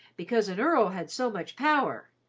because an earl had so much power,